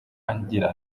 ngira